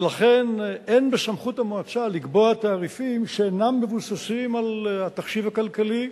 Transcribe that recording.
ולכן אין בסמכות המועצה לקבוע תעריפים שאינם מבוססים על התחשיב הכלכלי,